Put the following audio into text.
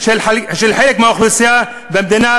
של חלק מהאוכלוסייה במדינה,